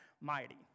Mighty